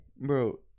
Bro